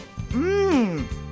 Mmm